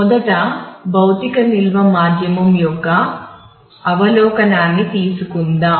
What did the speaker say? మొదట భౌతిక నిల్వ మాధ్యమం యొక్క అవలోకనాన్ని తీసుకుందాం